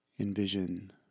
envision